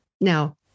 Now